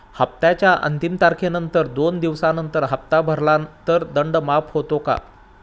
हप्त्याच्या अंतिम तारखेनंतर दोन दिवसानंतर हप्ता भरला तर दंड माफ होतो का?